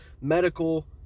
medical